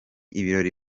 ibirori